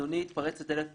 אדוני התפרץ לדלת פתוחה.